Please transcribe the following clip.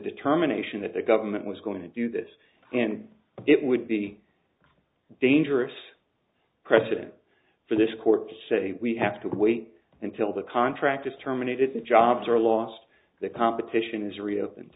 determination that the government was going to do this and it would be dangerous precedent for this court to say we have to wait until the contract is terminated the jobs are lost the competition is